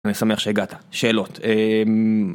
אני שמח שהגעת, שאלות.